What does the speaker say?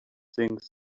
things